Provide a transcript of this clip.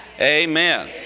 Amen